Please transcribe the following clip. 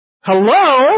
Hello